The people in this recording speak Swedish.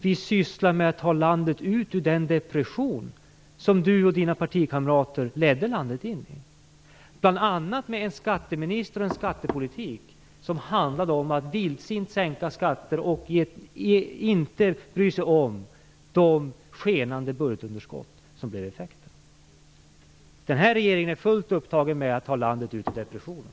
Vi sysslar med att ta landet ur den depression som Mikael Odenberg och hans partikamrater ledde landet in i, bl.a. med en skatteminister och en skattepolitik som handlade om att vildsint sänka skatter och inte bry sig om det skenande budgetunderskott som blev effekten. Regeringen är fullt upptagen med att ta landet ur depressionen.